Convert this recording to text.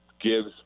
gives